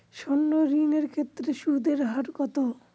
সর্ণ ঋণ এর ক্ষেত্রে সুদ এর হার কত?